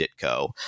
Ditko